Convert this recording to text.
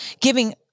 giving